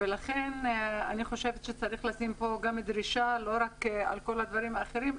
לכן צריך להוסיף פה דרישה לא רק על כל הדברים האחרים,